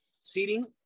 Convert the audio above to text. seating